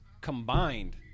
Combined